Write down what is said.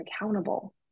accountable